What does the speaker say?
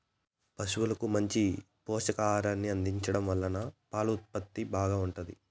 పసువులకు మంచి పోషకాహారాన్ని అందించడం వల్ల పాల ఉత్పత్తి బాగా ఉంటాది